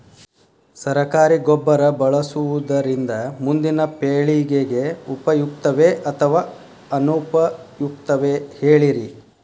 ಸರಕಾರಿ ಗೊಬ್ಬರ ಬಳಸುವುದರಿಂದ ಮುಂದಿನ ಪೇಳಿಗೆಗೆ ಉಪಯುಕ್ತವೇ ಅಥವಾ ಅನುಪಯುಕ್ತವೇ ಹೇಳಿರಿ